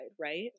right